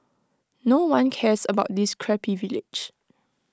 no one cares about this crappy village